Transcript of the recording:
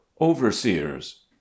overseers